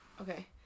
Okay